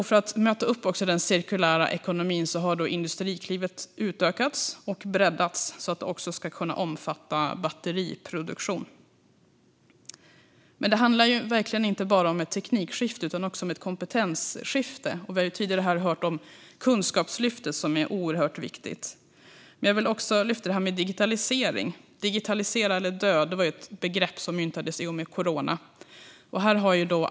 För att möta upp den cirkulära ekonomin har Industriklivet utökats och breddats så att det också ska omfatta batteriproduktion. Men detta handlar inte bara om ett teknikskifte utan också om ett kompetensskifte. Vi har tidigare hört om det oerhört viktiga Kunskapslyftet. Jag vill också lyfta fram digitalisering. Digitalisera eller dö var ett begrepp som myntades i och med corona.